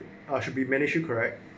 I should be managed you correct